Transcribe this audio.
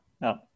No